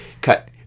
cut